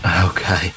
okay